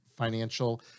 financial